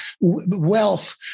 wealth